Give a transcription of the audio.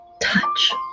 touch